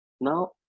now